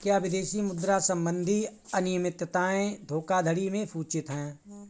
क्या विदेशी मुद्रा संबंधी अनियमितताएं धोखाधड़ी में सूचित हैं?